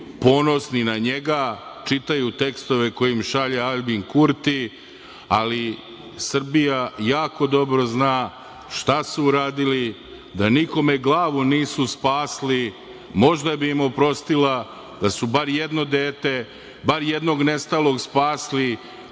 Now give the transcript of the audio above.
ponosni na njega, čitaju tekstove koje im šalje Aljbin Kurti, ali Srbija jako dobro zna da nikome glavu nisu spasli. Možda bi im oprostila da su bar jedno dete, bar jednog nestalog spasli